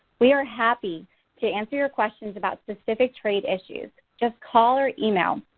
we are happy to answer your questions about specific trade issues, just call or email.